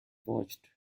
watched